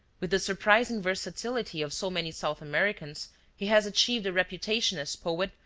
with the surprising versatility of so many south americans he has achieved a reputation as poet,